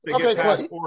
Okay